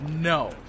no